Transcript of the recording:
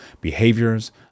behaviors